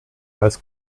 als